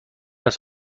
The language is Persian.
است